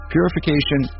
purification